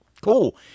Cool